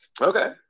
Okay